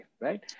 right